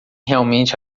realmente